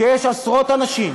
שיש עשרות אנשים,